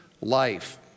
life